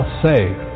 safe